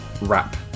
wrap